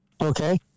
okay